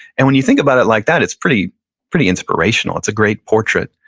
and when you think about it like that, it's pretty pretty inspirational. it's a great portrait.